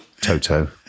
Toto